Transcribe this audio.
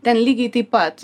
ten lygiai taip pat